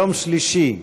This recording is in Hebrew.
יום שלישי,